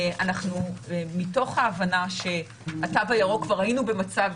אנחנו מתוך ההבנה שהתו הירוק כבר היינו במצב